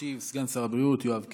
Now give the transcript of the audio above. ישיב סגן שר הבריאות חבר הכנסת יואב קיש.